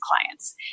clients